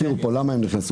למה הם נכנסו?